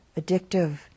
addictive